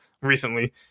recently